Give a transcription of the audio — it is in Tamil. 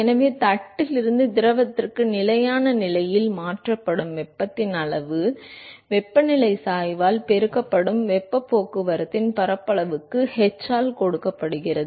எனவே தட்டில் இருந்து திரவத்திற்கு நிலையான நிலையில் மாற்றப்படும் வெப்பத்தின் அளவு வெப்பநிலை சாய்வால் பெருக்கப்படும் வெப்பப் போக்குவரத்தின் பரப்பளவுக்கு h ஆல் கொடுக்கப்படுகிறது